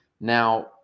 Now